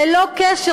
ללא קשר,